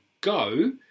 go